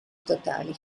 totali